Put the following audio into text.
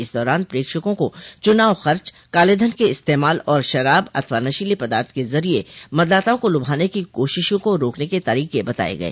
इस दौरान प्रेक्षकों को चुनाव खर्च कालेधन के इस्तेमाल और शराब अथवा नशीले पदार्थो के जरिये मतदाताओं को लुभाने की कोशिशों को रोकने के तरीके बताये गये